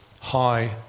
high